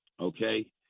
Okay